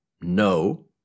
No